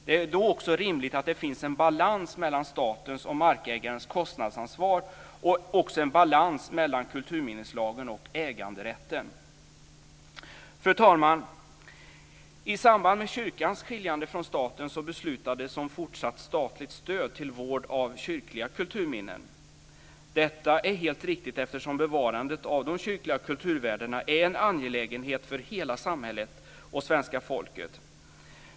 Det är då också rimligt att det finns en balans mellan statens och markägarens kostnadsansvar och också en balans mellan kulturminneslagen och äganderätten. Fru talman! I samband med kyrkans skiljande från staten beslutades om fortsatt statligt stöd till vård av kyrkliga kulturminnen. Detta är helt riktigt, eftersom bevarandet av de kyrkliga kulturvärdena är en angelägenhet för hela samhället och svenska folket.